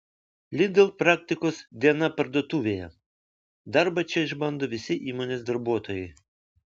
lidl praktikos diena parduotuvėje darbą čia išbando visi įmonės darbuotojai